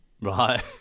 Right